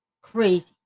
crazy